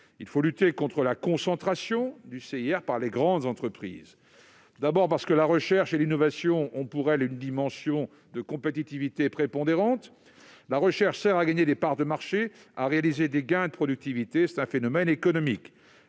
devons lutter contre la concentration du CIR par les grandes entreprises, car la recherche et l'innovation sont pour elles un élément de compétitivité prépondérant. La recherche sert à gagner des parts de marché et à réaliser des gains de productivité ; c'est un phénomène économique.